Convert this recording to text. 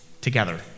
together